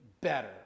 better